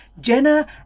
Jenna